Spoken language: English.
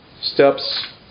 Steps